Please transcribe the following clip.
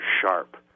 sharp